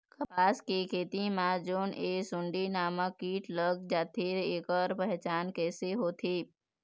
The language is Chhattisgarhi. कपास के खेती मा जोन ये सुंडी नामक कीट लग जाथे ता ऐकर पहचान कैसे होथे?